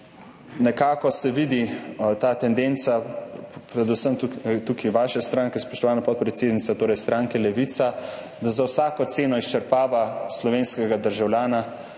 Nekako se vidi ta tendenca, tukaj predvsem vaše stranke, spoštovana podpredsednica, torej stranke Levica, da za vsako ceno izčrpava slovenskega državljana,